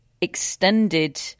extended